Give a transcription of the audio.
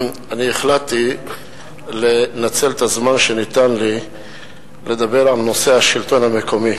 אני החלטתי לנצל את הזמן שניתן לי כדי לדבר על נושא השלטון המקומי.